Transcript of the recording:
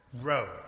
road